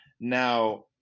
Now